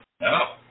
No